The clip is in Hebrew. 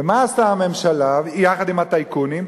ומה עשתה הממשלה יחד עם הטייקונים?